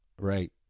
Right